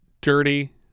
dirty